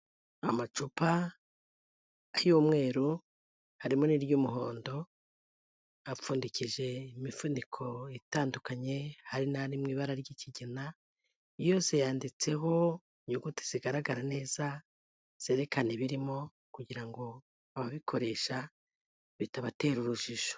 Amacupa y'umweru, harimo n'iry'umuhondo, apfundikije imifuniko itandukanye, hari n'ari mu ibara ry'ikigina, yose yanditseho inyuguti zigaragara neza zerekana ibirimo, kugira ngo ababikoresha, bitabatera urujijo.